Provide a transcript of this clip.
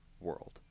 world